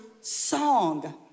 song